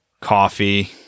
Coffee